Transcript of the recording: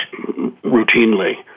routinely